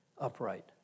upright